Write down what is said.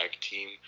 team